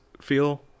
feel